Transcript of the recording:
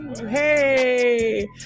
hey